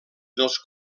dels